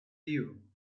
you